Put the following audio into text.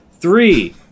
Three